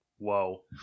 whoa